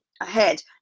ahead